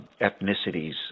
ethnicities